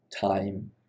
time